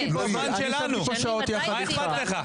מה אכפת לך?